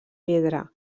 pedra